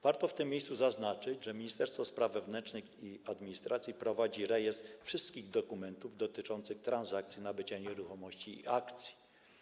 Warto w tym miejscu zaznaczyć, że Ministerstwo Spraw Wewnętrznych i Administracji prowadzi rejestr wszystkich dokumentów dotyczących transakcji nabycia nieruchomości i akcji.